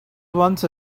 once